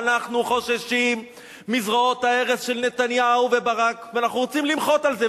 אנחנו חוששים מזרועות ההרס של נתניהו וברק ואנחנו רוצים למחות על זה,